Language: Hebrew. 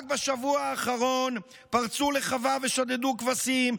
רק בשבוע האחרון פרצו לחווה ושדדו כבשים,